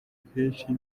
akenshi